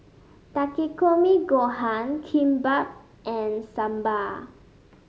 Takikomi Gohan Kimbap and Sambar